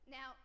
Now